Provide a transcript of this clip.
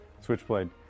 switchblade